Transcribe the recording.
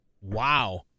Wow